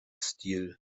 stil